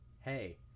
Hey